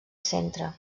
centre